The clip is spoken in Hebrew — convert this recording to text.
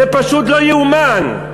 זה פשוט לא ייאמן.